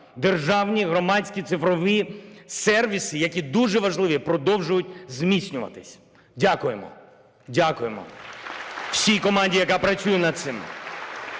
державні, громадські цифрові сервіси, які дуже важливі, продовжують зміцнюватись. Дякуємо. Дякуємо всій команді, яка працює над цим!